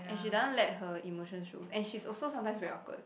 and she doesn't let her emotions show and she's also sometimes very awkward